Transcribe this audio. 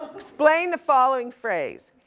explain the following phrase,